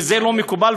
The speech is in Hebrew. וזה לא מקובל.